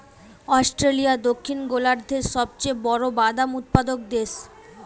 Australia দক্ষিণ গোলার্ধের সবচেয়ে বড় বাদাম উৎপাদক দেশ